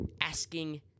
asking